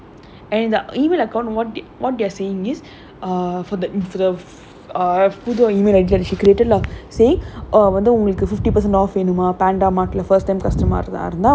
so அது பண்ணம்போது:athu pannampothu this shanum getting a lot of new email to her email account and email account what you are saying is for the instead of புது:puthu email I_D she created lah